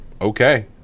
okay